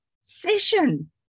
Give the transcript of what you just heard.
session